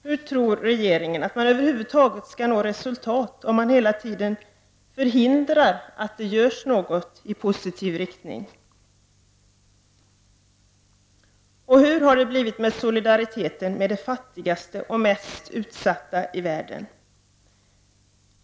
Hur tror regeringen att man över huvud taget skall nå resultat om man hela tiden förhindrar att det görs något i positiv riktning? Och hur har det blivit med solidariteten med de fattigaste och mest utsatta i världen?